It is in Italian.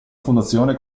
fondazione